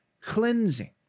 cleansing